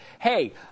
Hey